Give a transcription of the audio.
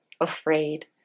afraid